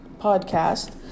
podcast